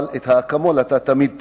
את ה"אקמול" אתה תמיד תקבל,